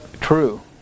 true